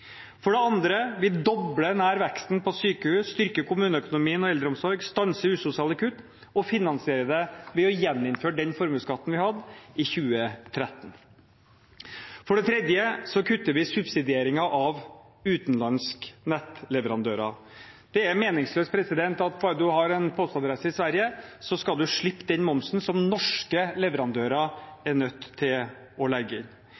For det andre nær dobler vi veksten på sykehus, vi styrker kommuneøkonomien og eldreomsorgen, stanser usosiale kutt og finansierer det ved å gjeninnføre den formuesskatten vi hadde i 2013. For det tredje kutter vi subsidieringen av utenlandske nettleverandører. Det er meningsløst at bare man har en postadresse i Sverige, skal man slippe den momsen som norske leverandører er nødt til å legge på. Vi bruker de pengene vi får inn,